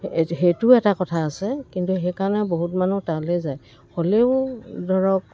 সেইটোও এটা কথা আছে কিন্তু সেইকাৰণে বহুত মানুহ তালৈ যায় হ'লেও ধৰক